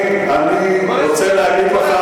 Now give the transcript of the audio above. אני רוצה להגיד לך,